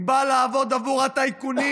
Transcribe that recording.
היא באה לעבוד עבור הטייקונים,